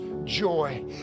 joy